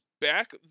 back